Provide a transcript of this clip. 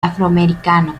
afroamericano